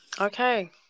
Okay